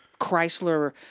Chrysler